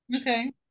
okay